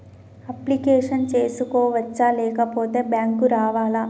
Application చేసుకోవచ్చా లేకపోతే bank రావాలా?